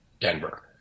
denver